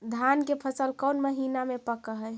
धान के फसल कौन महिना मे पक हैं?